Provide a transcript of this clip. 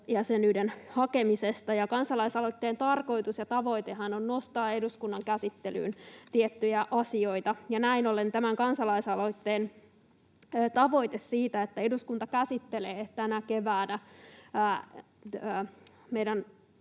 Kansalaisaloitteen tarkoitus ja tavoitehan on nostaa eduskunnan käsittelyyn tiettyjä asioita, ja näin ollen tämän kansalaisaloitteen tavoite siitä, että eduskunta käsittelee tänä keväänä